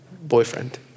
boyfriend